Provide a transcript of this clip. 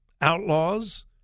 Outlaws